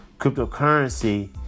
cryptocurrency